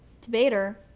debater